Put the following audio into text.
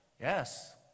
Yes